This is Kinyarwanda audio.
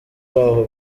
baho